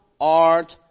art